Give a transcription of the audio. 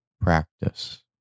practice